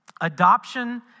Adoption